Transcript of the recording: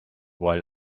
while